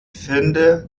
finde